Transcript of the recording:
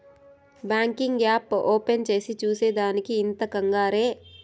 banking app open చేసి చూసే దానికి ఇంత కంగారే